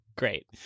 Great